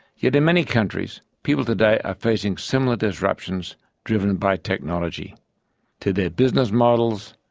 yet in many countries, people today are facing similar disruptions driven by technology to their business models,